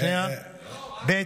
לא, רק